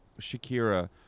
Shakira